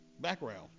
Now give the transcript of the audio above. background